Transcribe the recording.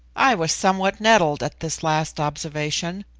i was somewhat nettled at this last observation,